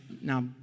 now